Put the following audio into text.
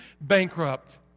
bankrupt